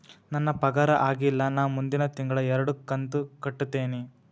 ನನ್ನ ಪಗಾರ ಆಗಿಲ್ಲ ನಾ ಮುಂದಿನ ತಿಂಗಳ ಎರಡು ಕಂತ್ ಕಟ್ಟತೇನಿ